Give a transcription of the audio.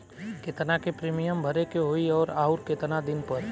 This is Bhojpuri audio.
केतना के प्रीमियम भरे के होई और आऊर केतना दिन पर?